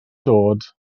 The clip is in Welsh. dod